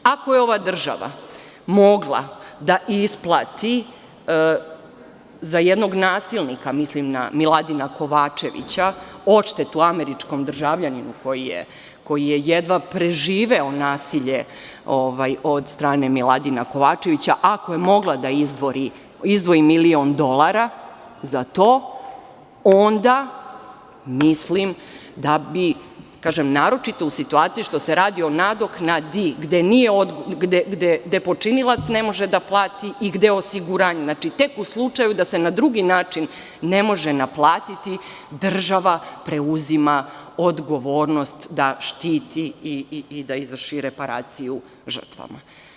Ako je ova država mogla da isplati, za jednog nasilnika mislim na Miladina Kovačevića, odštetu američkom državljaninu koji je jedva prežive nasilje od strane Miladina Kovačevića, ako je mogla da izdvoji milion dolara za to, onda mislim da bi, kažem naročito u situaciji što se radi o nadoknadi gde počinilac ne može da plati i gde osiguranik, tek u slučaju da se na drugi način ne može naplatiti država preuzima odgovornost da štiti i da izvrši reparaciju žrtvama.